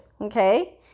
okay